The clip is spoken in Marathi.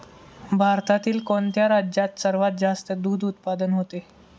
भारतातील कोणत्या राज्यात सर्वात जास्त दूध उत्पादन होते?